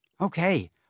Okay